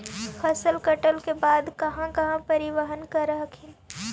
फसल कटल के बाद कहा कहा परिबहन कर हखिन?